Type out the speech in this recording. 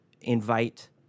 invite